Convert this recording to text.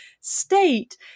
state